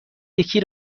یکی